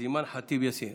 אז אימאן ח'טיב יאסין.